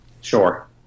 Sure